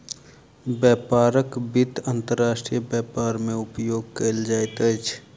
व्यापारक वित्त अंतर्राष्ट्रीय व्यापार मे उपयोग कयल जाइत अछि